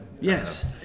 yes